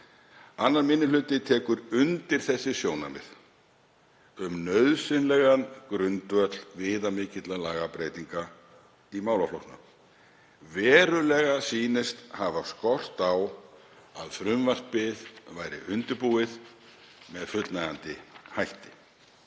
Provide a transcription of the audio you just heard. Annar minni hluti tekur undir þessi sjónarmið um nauðsynlegan grundvöll viðamikilla lagabreytinga í málaflokknum. Verulega sýnist hafa skort á að frumvarpið væri undirbúið með fullnægjandi hætti.